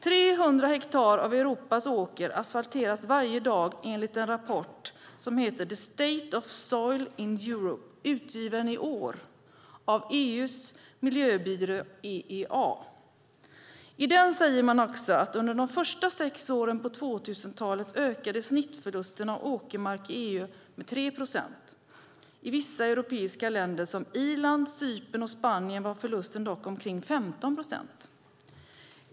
300 hektar av Europas åker asfalteras varje dag enligt en rapport som heter The State of Soil in Europe , utgiven i år av EU:s miljöbyrå EEA. I den säger man också att under de första sex åren på 2000-talet ökade snittförlusten av åkermark i EU med 3 procent. I vissa europeiska länder som Irland, Cypern och Spanien var förlusten dock omkring 15 procent.